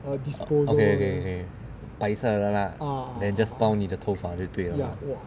okay okay okay 白色的 lah then just 包你的头发就对了 ah